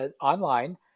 online